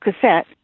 cassette